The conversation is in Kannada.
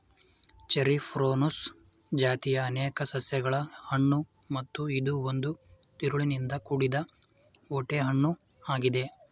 ಚೆರಿ ಪ್ರೂನುಸ್ ಜಾತಿಯ ಅನೇಕ ಸಸ್ಯಗಳ ಹಣ್ಣು ಮತ್ತು ಇದು ಒಂದು ತಿರುಳಿನಿಂದ ಕೂಡಿದ ಓಟೆ ಹಣ್ಣು ಆಗಿದೆ